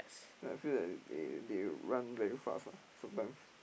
I feel that they they run very fast ah sometimes